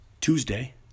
Tuesday